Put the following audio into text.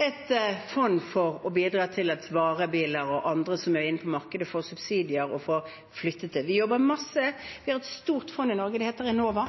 et fond for å bidra til at varebiler og andre som er inne på markedet, får subsidier og får flyttet det. Vi jobber masse. Vi har et stort fond i Norge. Det heter Enova.